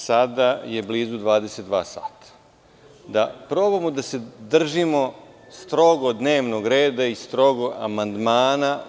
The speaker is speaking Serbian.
Sada je blizu 22,00 časova, da probamo da se držimo strogo dnevnog reda i strogo amandmana.